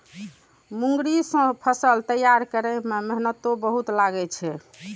मूंगरी सं फसल तैयार करै मे मेहनतो बहुत लागै छै